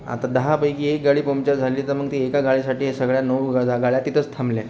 आता दहा पैकी एक गाडी पमचर झाली तर मग त्या एका गाडीसाठी सगळ्या नऊ गाड्या तिथंच थांबल्या